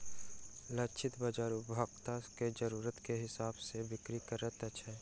लक्षित बाजार उपभोक्ता के जरुरत के हिसाब सॅ बिक्री करैत अछि